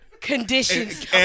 conditions